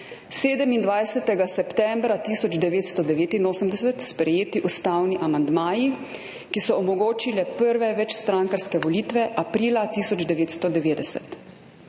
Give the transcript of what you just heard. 27. septembra 1989 sprejeti ustavni amandmaji, ki so omogočili prve večstrankarske volitve aprila 1990.